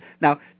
now